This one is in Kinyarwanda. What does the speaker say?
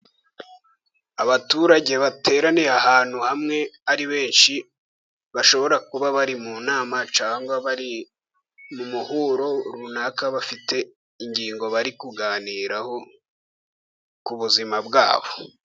Abaturage bateraniye ahantu hamwe ari benshi, bashobora kuba bari mu nama cyangwa bari mu muhuro runaka, bafite ingingo bari kuganiraho ku buzima bwabo.